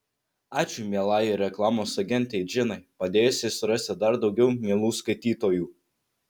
ačiū mielajai reklamos agentei džinai padėjusiai surasti dar daugiau mielų skaitytojų